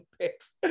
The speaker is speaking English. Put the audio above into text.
picks